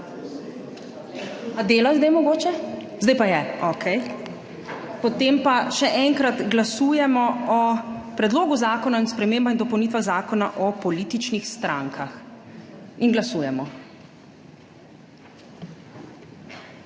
Dela zdaj mogoče? Zdaj pa je. Okej. Potem pa še enkrat glasujemo o Predlogu zakona o spremembah in dopolnitvah Zakona o političnih strankah. Glasujemo.